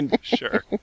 Sure